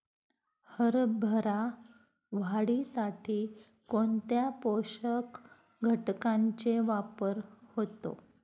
हरभरा वाढीसाठी कोणत्या पोषक घटकांचे वापर होतो?